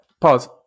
pause